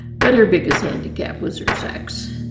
but her biggest handicap was her sex.